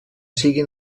sigui